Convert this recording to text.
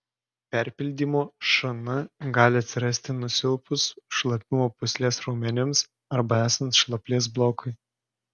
perpildymo šn gali atsirasti nusilpus šlapimo pūslės raumenims arba esant šlaplės blokui